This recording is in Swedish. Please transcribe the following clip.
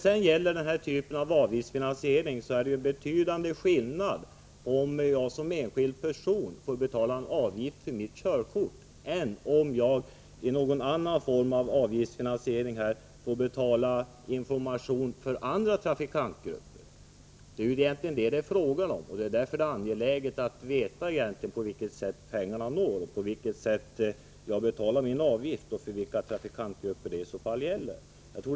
Det är en betydande skillnad mellan om jag som enskild person får betala en avgift för mitt körkort och om jag genom någon annan form av avgiftsfinansiering får betala information till andra trafikantgrupper. Det är egentligen det som det är fråga om. Det är därför som det är angeläget att veta vart pengarna går, på vilket sätt jag betalar min avgift och vilka trafikantgrupper som berörs.